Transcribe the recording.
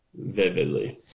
vividly